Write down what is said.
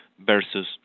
versus